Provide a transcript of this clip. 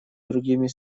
другими